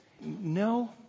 No